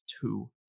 two